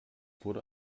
wurde